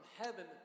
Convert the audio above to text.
heaven